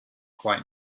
quite